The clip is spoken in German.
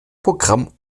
programm